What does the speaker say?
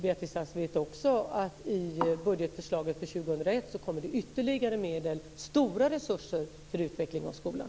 Beatrice Ask vet också att i budgetförslaget för 2001 kommer det ytterligare medel, stora resurser, för utveckling av skolan.